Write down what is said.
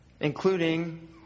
Including